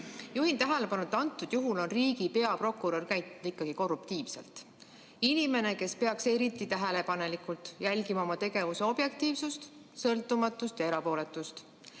Juhin tähelepanu, et antud juhul on riigi peaprokurör käitunud korruptiivselt – inimene, kes peaks eriti tähelepanelikult jälgima oma tegevuse objektiivsust, sõltumatust ja erapooletust.